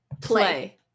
Play